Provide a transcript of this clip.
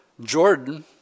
Jordan